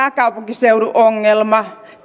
pelkästään pääkaupunkiseudun ongelma